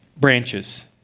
Branches